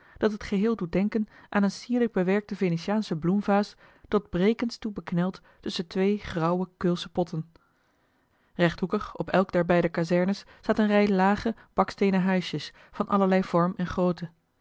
dat het geheel doet denken aan eene sierlijk bewerkte venetiaansche bloemvaas tot brekens toe bekneld tusschen twee grauwe keulsche potten rechthoekig op elk der beide kazernes staat eene rij lage baksteenen huisjes van allerlei vorm en grootte